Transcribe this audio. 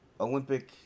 Olympic